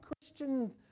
Christian